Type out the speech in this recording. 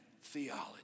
theology